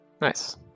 Nice